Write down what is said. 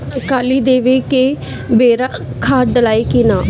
कली देवे के बेरा खाद डालाई कि न?